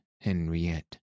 Henriette